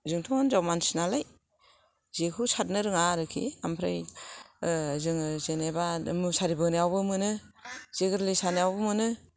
जोंथ' हिनजाव मानसि नालाय जेखौ सारनो रोङा आरोखि ओमफ्राय जोङो जेनबा मुसारि बोनायावबो मोनो जे गोरलै सानायावबो मोनो